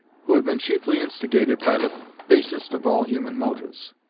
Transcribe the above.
who had been chiefly instigated by the basest of all human motives,